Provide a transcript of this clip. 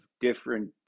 different